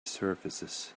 surfaces